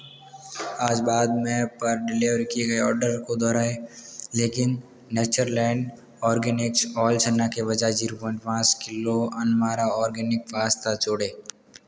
आज बाद में पर डिलीवर किए गए ऑर्डर को दोहराएँ लेकिन नेचरलैंड ऑर्गॅनिक्स होल चना के बजाय जीरो पॉइंट पाँच किलो अनमारा ऑर्गेनिक पास्ता जोड़ें